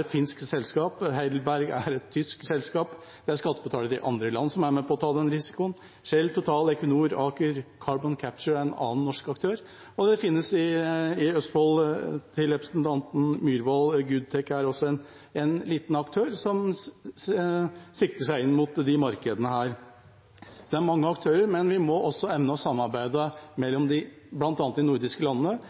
et finsk selskap, Heidelberg er et tysk selskap. Det er skattebetalere i andre land som er med på å ta den risikoen: Shell, Total, Equinor. Aker Carbon Capture er en annen norsk aktør. Og til representanten Myhrvold: Det finnes også i Østfold. Goodtech er også er en liten aktør som sikter seg inn mot disse markedene. Det er mange aktører, men vi må også evne å samarbeide, bl.a. mellom de nordiske landene.